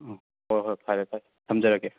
ꯎꯝ ꯍꯣꯏ ꯍꯣꯏ ꯐꯔꯦ ꯐꯔꯦ ꯊꯝꯖꯔꯒꯦ